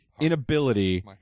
inability